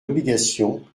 obligation